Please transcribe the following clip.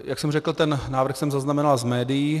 Jak jsem řekl, ten návrh jsem zaznamenal z médií.